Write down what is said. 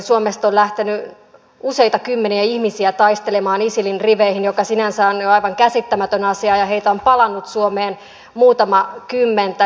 suomesta on lähtenyt useita kymmeniä ihmisiä taistelemaan isilin riveihin mikä sinänsä on jo aivan käsittämätön asia ja heitä on palannut suomeen muutama kymmenen